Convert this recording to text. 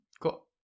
cool